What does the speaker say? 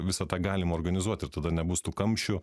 visą tą galima organizuoti ir tada nebus tų kamščių